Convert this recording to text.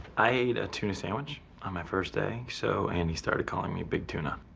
ate a tuna sandwich on my first day, so andy started calling me big tuna.